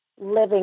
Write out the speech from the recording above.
living